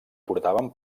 portaven